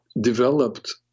developed